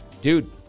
Dude